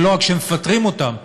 ולא רק שמפטרים אותם,